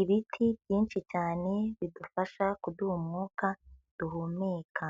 ibiti byinshi cyane bidufasha kuduha umwuka duhumeka.